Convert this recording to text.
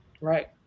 Right